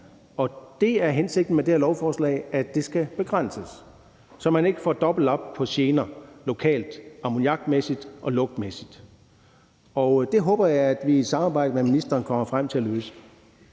Og det er hensigten med det her lovforslag, at det skal begrænses, så man ikke får dobbelt op på gener lokalt, ammoniakmæssigt og lugtmæssigt. Og det håber jeg vi i samarbejde med ministeren kommer frem til at løse.